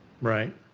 right